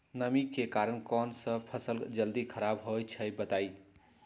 नमी के कारन कौन स फसल जल्दी खराब होई छई बताई?